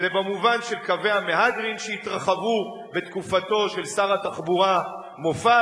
זה במובן של קווי המהדרין שהתרחבו בתקופתו של שר התחבורה מופז,